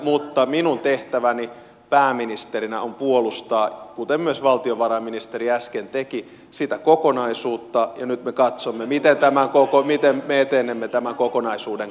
mutta minun tehtäväni pääministerinä on puolustaa kuten myös valtiovarainministeri äsken teki sitä kokonaisuutta ja nyt me katsomme miten me etenemme tämän kokonaisuuden kanssa